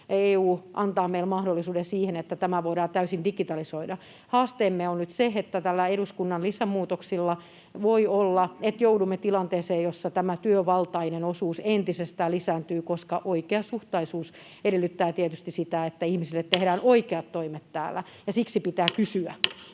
EU antaa meille mahdollisuuden siihen, että tämä voidaan täysin digitalisoida. Haasteemme on nyt se, että voi olla, että näillä eduskunnan lisämuutoksilla joudumme tilanteeseen, jossa tämä työvaltainen osuus entisestään lisääntyy, koska oikeasuhtaisuus edellyttää tietysti sitä, että ihmisille tehdään oikeat toimet täällä, ja siksi pitää